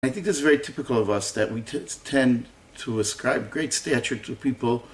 אני חושב שזה מאוד טיפול שלנו, שאנחנו מסתובבים להסתכל על גדולה גדולה של אנשים